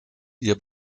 ihr